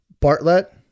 Bartlett